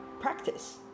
practice